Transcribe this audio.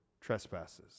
trespasses